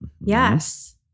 Yes